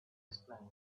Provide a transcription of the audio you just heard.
explained